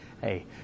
hey